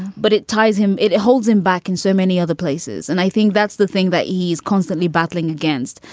but it ties him. it it holds him back in so many other places. and i think that's the thing that he's constantly battling against.